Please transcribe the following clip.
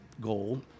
goal